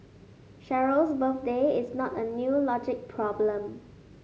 Cheryl's birthday is not a new logic problem